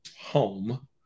home